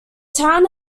town